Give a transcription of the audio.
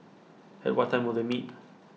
at what time will they meet